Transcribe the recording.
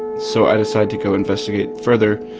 so i decide to go investigate further.